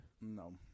No